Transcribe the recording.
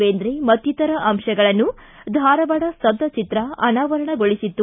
ಬೇಂದ್ರೆ ಮತ್ತಿತರ ಅಂಶಗಳನ್ನು ಧಾರವಾಡ ಸ್ತಬ್ದಚಿತ್ರ ಅನಾವರಣಗೊಳಿಸಿತ್ತು